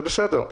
זה בסדר.